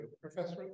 professor